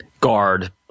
guard